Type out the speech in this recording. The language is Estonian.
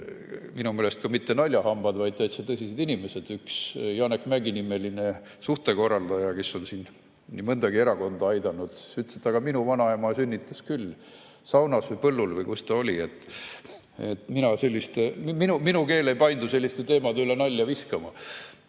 Minu meelest ka mitte naljahambad, vaid täitsa tõsised inimesed, näiteks üks Janek Mäggi nimeline suhtekorraldaja, kes on nii mõndagi erakonda aidanud, ütles, et aga tema vanaema sünnitas küll saunas või põllul või kus ta oli. Minu keel ei paindu selliste teemade üle nalja viskama,